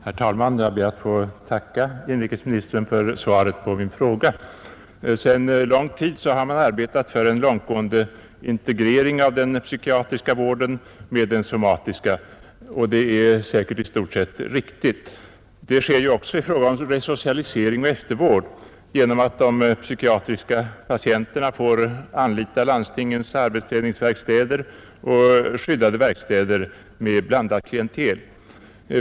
Herr talman! Jag ber att få tacka inrikesministern för svaret på min fråga. Sedan lång tid har man arbetat för en långtgående integrering av den psykiatriska vården med den somatiska, och det är säkert i stort sett riktigt. Det sker ju också i fråga om resocialisering och eftervård genom att patienterna under psykiatrisk vård får anlita landstingens arbetsträningsverkstäder och skyddade verkstäder med blandat klientel.